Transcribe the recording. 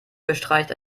bestreicht